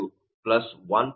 005 1